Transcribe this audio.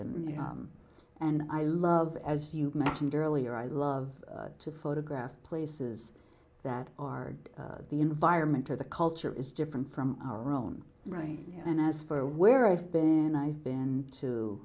know and i love as you mentioned earlier i love to photograph places that are the environment or the culture is different from our own right and as for where i've been i've been to